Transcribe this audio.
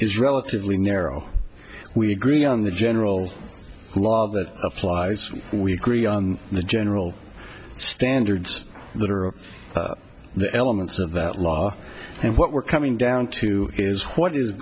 relatively narrow we agree on the general law that applies we agree on the general standards that are of the elements of that law and what we're coming down to is what is